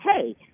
hey